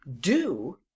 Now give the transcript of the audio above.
Do